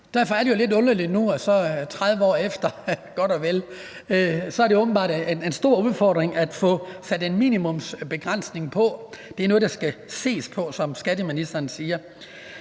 Derfor er det lidt underligt nu, at det godt og vel 30 år efter åbenbart er en stor udfordring at få sat en minimumsbegrænsning på. Det er noget, der skal ses på, som skatteministeren siger.